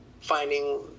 finding